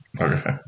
Okay